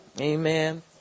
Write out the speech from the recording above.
Amen